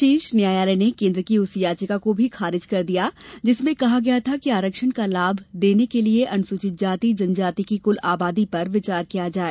शीर्ष न्यायालय ने केन्द्र की उस याचिका को भी खारिज कर दिया जिसमें कहा गया था आरक्षण का लाभ देने के लिए अनुसूचित जाति जनजाति की कुल आबादी पर विचार किया जाए